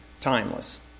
timeless